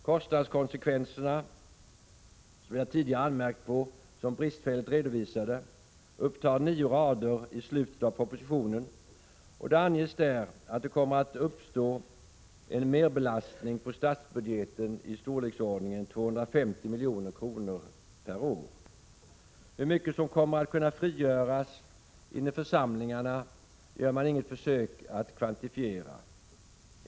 Kostnadskonsekvenserna, som jag tidigare anmärkt på som bristfälligt redovisade, upptar nio rader i slutet av propositionen, och det anges där att det kommer att uppstå en merbelastning på statsbudgeten i storleksordningen 250 milj.kr. per år. Hur mycket som kommer att kunna frigöras inom församlingarna gör man inget försök att kvantifiera.